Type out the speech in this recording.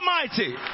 almighty